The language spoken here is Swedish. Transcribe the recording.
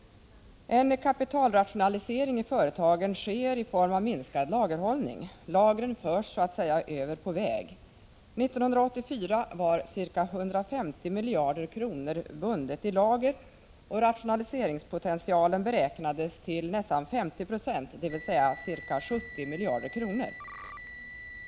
En kapitalrationalisering i företagen sker i form av minskad lagerhållning. Lagren förs så att säga över på väg. 1984 var ca 150 miljarder kronor bundna i lager, och rationaliseringspotentialen beräknades till nästan 50 96, dvs. ca 70 miljarder kronor.